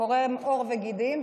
קורם עור וגידים,